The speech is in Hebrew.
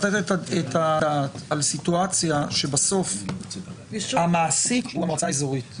לתת את הדעת על סיטואציה שבסוף המעסיק הוא המועצה האזורית.